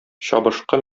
чабышкы